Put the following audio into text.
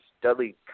Dudley